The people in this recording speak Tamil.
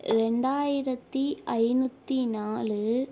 ரெண்டாயிரத்து ஐநூற்றி நாலு